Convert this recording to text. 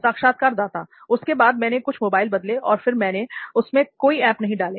साक्षात्कारदाता उसके बाद मैंने कुछ मोबाइल बदले और फिर मैंने उसमें कोई ऐप नहीं डालें